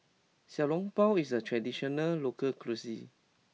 Xiao Long Bao is a traditional local cuisine